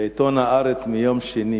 בעיתון "הארץ" מיום שני